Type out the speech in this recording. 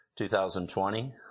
2020